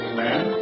man